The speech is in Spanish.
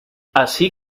así